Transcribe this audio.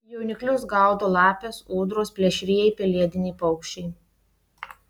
jauniklius gaudo lapės ūdros plėšrieji pelėdiniai paukščiai